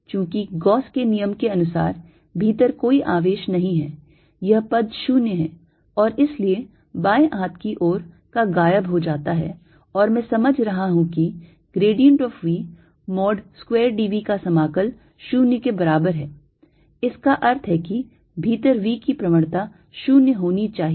चूंकि गॉस के नियम के अनुसार भीतर कोई आवेश नहीं है यह पद 0 है और इसलिए बाएं हाथ की ओर का गायब हो जाता है और मैं समझ रहा हूं कि grad of V mod square d v का समाकल 0 के बराबर है इसका अर्थ है कि भीतर V की प्रवणता 0 होनी चाहिए